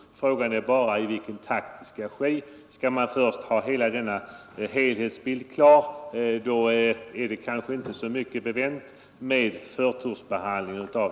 Frågan är bara i vilken takt det skall ske. Skall man först ha hela denna helhetsbild klar, är det kanske inte så mycket bevänt med förtursbehandlingen.